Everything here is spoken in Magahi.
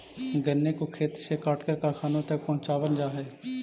गन्ने को खेत से काटकर कारखानों तक पहुंचावल जा हई